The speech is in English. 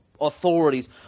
authorities